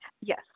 yes